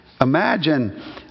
Imagine